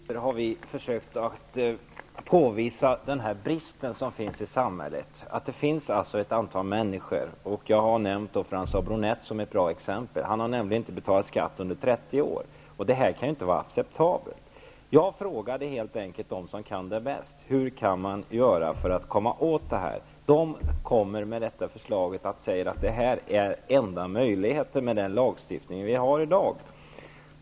Herr talman! När det gäller frågan om lägenhetsregister har vi försökt att påvisa den brist som finns i samhället. Det finns ett antal människor som fifflar -- och jag har här nämnt François Bronett som ett bra exempel, han har nämligen inte betalat skatt under 30 år -- och det kan inte vara acceptabelt. Jag frågade helt enkelt dem som kan det bäst: Hur kan man göra för att komma åt detta? De kom med förslaget och sade: Det här är enda möjligheten med den lagstiftning vi har i dag.